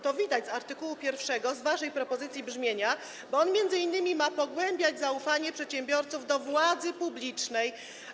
To widać w art. 1, w waszej propozycji jego brzmienia, bo on m.in. ma pogłębiać zaufanie przedsiębiorców do władzy publicznej.